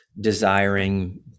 desiring